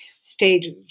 stayed